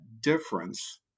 difference